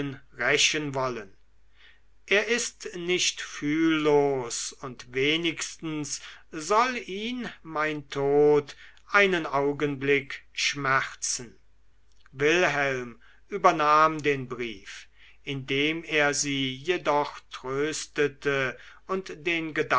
rächen wollen er ist nicht fühllos und wenigstens soll ihn mein tod einen augenblick schmerzen wilhelm übernahm den brief indem er sie jedoch tröstete und den